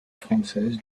francés